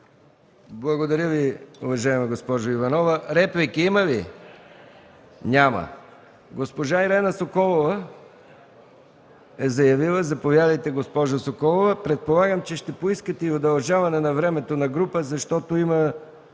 Благодаря Ви, уважаема госпожо Иванова. Реплики има ли? Няма. Госпожа Ирена Соколова е заявила изказване. Госпожо Соколова, предполагам, че ще поискате и удължаване на времето на група, защото